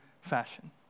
fashion